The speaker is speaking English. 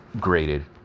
graded